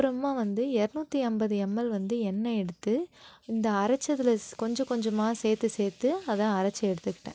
அப்புறமா வந்து இரநூத்தி ஐம்பது எம்எல் வந்து எண்ணெய் எடுத்து இந்த அரைச்சதில் கொஞ்ச கொஞ்சமாக சேர்த்து சேர்த்து அதை அரைச்சு எடுத்துகிட்டேன்